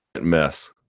mess